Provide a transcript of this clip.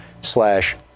slash